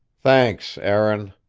thanks, aaron,